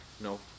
no